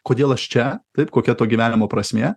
kodėl aš čia taip kokia to gyvenimo prasmė